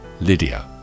Lydia